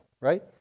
Right